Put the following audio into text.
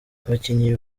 abakinnyi